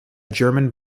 german